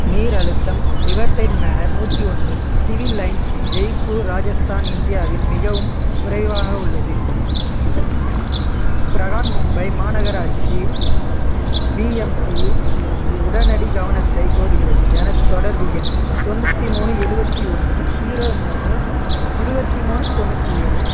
நீர் அழுத்தம் Riverside Manor நூற்றி ஒன்று சிவில் லைன்ஸ் ஜெய்ப்பூர் ராஜஸ்தான் இந்தியாவில் மிகவும் குறைவாக உள்ளது பிரகான் மும்பை மாநகராட்சி பிஎம்சியில் இருந்து உடனடி கவனத்தை கோருகிறது எனது தொடர்பு எண் தொண்ணூற்றி மூணு எழுவத்தி ஒன்று ஸீரோ மூணு இருபத்தி மூணு தொண்ணூற்றி ஏழு